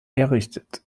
errichtet